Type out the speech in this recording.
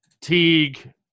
Teague